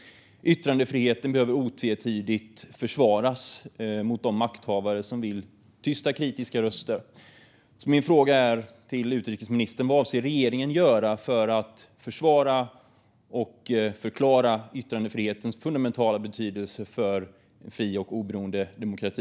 Yttrandefriheten behöver otvetydigt försvaras mot de makthavare som vill tysta kritiska röster. Min fråga till utrikesministern är: Vad avser regeringen att göra för att försvara yttrandefriheten och förklara dess fundamentala betydelse för en fri och oberoende demokrati?